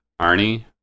Arnie